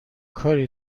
کاری